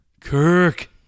Kirk